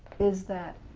is that